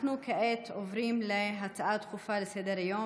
אנחנו כעת עוברים להצעות דחופות לסדר-היום